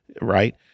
Right